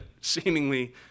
seemingly